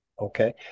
okay